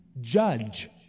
judge